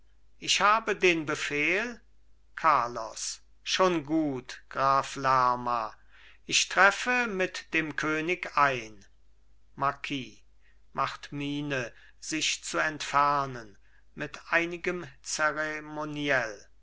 ich habe den befehl carlos schon gut graf lerma ich treffe mit dem könig ein marquis macht miene sich zu entfernen mit einigem